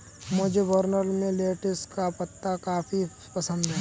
मुझे बर्गर में लेटिस का पत्ता काफी पसंद है